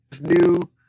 new